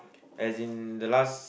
as in the last